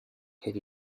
have